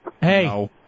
Hey